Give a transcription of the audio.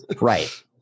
Right